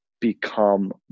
become